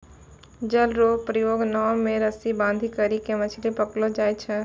जाल रो प्रयोग नाव मे रस्सी बांधी करी के मछली पकड़लो जाय छै